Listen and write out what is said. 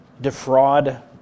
defraud